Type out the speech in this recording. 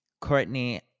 Courtney